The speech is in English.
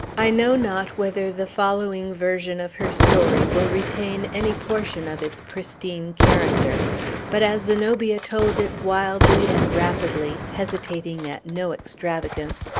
i know not whether the following version of her story will retain any portion of its pristine character but, as zenobia told it wildly and rapidly, hesitating at no extravagance,